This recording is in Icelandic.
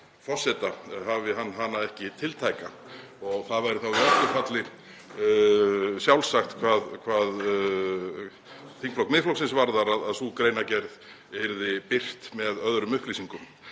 forseta, hafi hann hana ekki tiltæka. Það væri þá í öllu falli sjálfsagt hvað þingflokk Miðflokksins varðar að sú greinargerð yrði birt með öðrum upplýsingum.